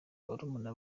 barumuna